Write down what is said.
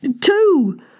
Two